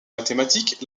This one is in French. mathématiques